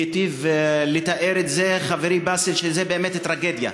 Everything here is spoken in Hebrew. היטיב לתאר את זה חברי באסל, שזאת באמת טרגדיה.